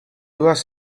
was